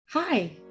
Hi